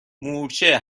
مورچه